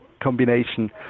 combination